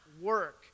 work